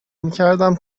میکردم